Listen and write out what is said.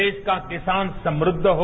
देश का किसान समृद्ध हो